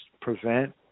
prevent